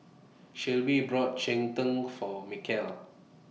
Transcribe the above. Shelbie brought Cheng Tng For Mikal